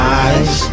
eyes